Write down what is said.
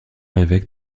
évêque